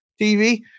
TV